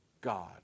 God